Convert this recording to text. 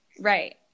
right